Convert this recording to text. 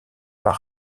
par